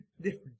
different